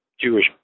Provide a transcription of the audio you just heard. Jewish